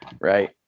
right